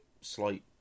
slight